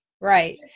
Right